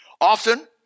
Often